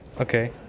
Okay